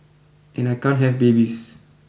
and I can't have babies